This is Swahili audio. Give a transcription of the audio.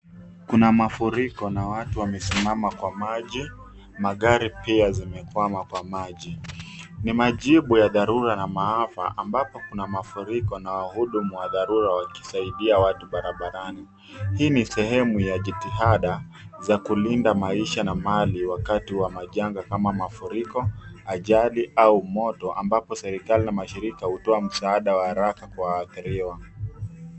Kuna mafuriko na watu wamesimama kwa maji, magari pia zimekwama kwa maji. Ni majibu ya dharura na maafa amabapo kuna mafuriko na wahudumu wa dharura wakisaidia watu barabarani. Hii ni sehemu ya jitihada za kulinda maisha na mali wakati wa majanga kama mafuriko, ajali au moto ambapo serikali na mashirika hutoa msaada wa haraka kwa waadhiriwa.